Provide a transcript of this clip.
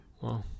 wow